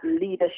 leadership